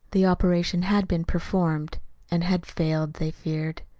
the operation had been performed and had failed, they feared.